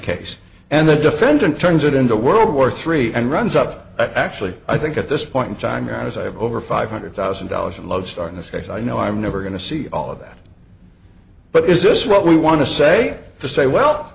case and the defendant turns it into world war three and runs up actually i think at this point in time and as i have over five hundred thousand dollars in love star in this case i know i'm never going to see all of that but is this what we want to say to say well